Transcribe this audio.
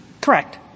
correct